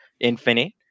infinite